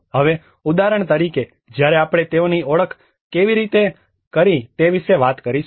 હવે ઉદાહરણ તરીકે જ્યારે આપણે તેઓની ઓળખ કેવી રીતે કરી તે વિશે વાત કરીશું